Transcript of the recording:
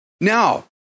now